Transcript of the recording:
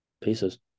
Pieces